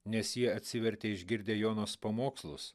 nes ji atsivertė išgirdę jonos pamokslus